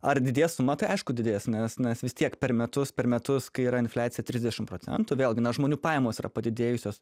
ar didės suma tai aišku didės nes nes vis tiek per metus per metus kai yra infliacija trisdešim procentų vėlgi na žmonių pajamos yra padidėjusios